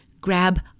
grab